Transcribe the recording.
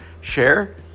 share